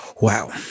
Wow